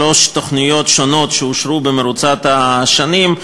שלוש תוכניות שונות שאושרו במרוצת השנים,